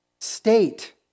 state